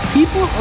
People